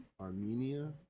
Armenia